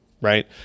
right